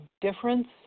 difference